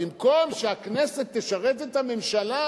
במקום שהממשלה תשרת את הכנסת,